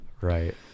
Right